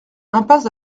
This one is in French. impasse